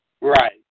Right